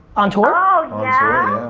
on tour? oh, yeah,